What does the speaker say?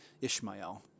Ishmael